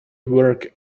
work